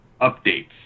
updates